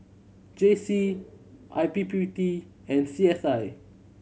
J C I P P T and C S I